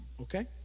okay